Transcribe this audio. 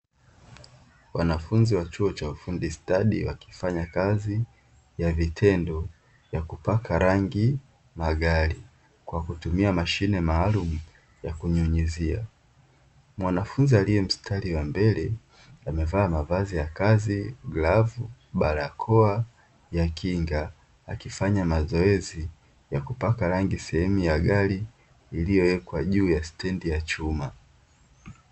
Wanafunzi wa chuo cha ufundi stadi, wakifanya kazi ya vitendo ya kupaka rangi magari kwa kutumia mashine maalumu ya kunyunyizia. Mwanafunzi aliye mstari wa mbele amevaa mavazi ya kazi; glavu, barakoa ya kinga, akifanya mazoezi ya kupaka rangi sehemu ya gari iliyowekwa juu ya stendi ya chuma.